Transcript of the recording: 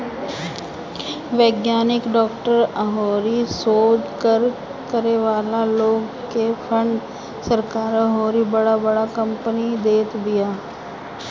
वैज्ञानिक, डॉक्टर अउरी शोध करे वाला लोग के फंड सरकार अउरी बड़ बड़ कंपनी देत बिया